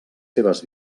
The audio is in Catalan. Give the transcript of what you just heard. seves